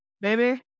Baby